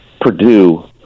Purdue